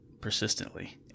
persistently